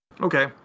Okay